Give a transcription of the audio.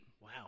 Wow